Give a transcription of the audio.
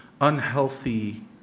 unhealthy